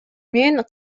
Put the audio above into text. мен